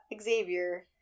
Xavier